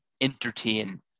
entertain